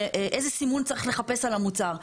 איזה סימון צריך לחפש על המוצר.